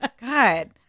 God